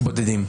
בודדים.